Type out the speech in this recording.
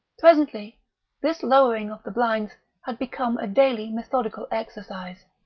presently this lowering of the blinds had become a daily methodical exercise,